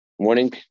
Morning